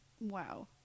Wow